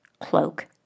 cloak